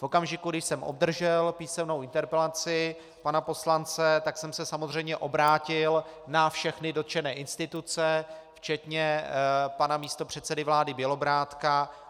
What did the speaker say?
V okamžiku, kdy jsem obdržel písemnou interpelaci pana poslance, tak jsem se samozřejmě obrátil na všechny dotčené instituce, včetně pana místopředsedy vlády Bělobrádka.